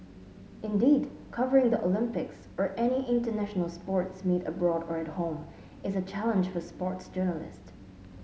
indeed covering the Olympics or any international sports meet abroad or at home is a challenge for sports journalists